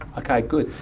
okay, good,